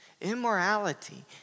immorality